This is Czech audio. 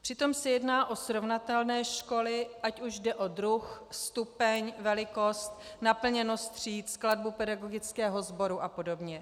Přitom se jedná o srovnatelné školy, ať už jde o druh, stupeň, velikost, naplněnost tříd, skladbu pedagogického sboru a podobně.